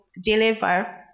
deliver